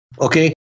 Okay